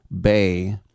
Bay